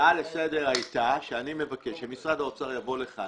ההצעה לסדר הייתה שאני מבקש שמשרד האוצר יבוא לכאן